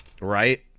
Right